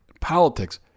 politics